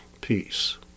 peace